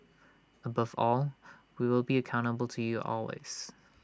above all we will be accountable to you always